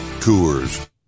Tours